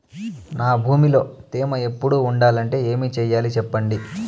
నా భూమిలో తేమ ఎప్పుడు ఉండాలంటే ఏమి సెయ్యాలి చెప్పండి?